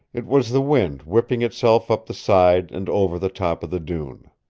it was the wind whipping itself up the side and over the top of the dune.